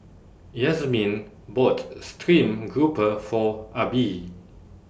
Yazmin bought Stream Grouper For Abie